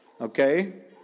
Okay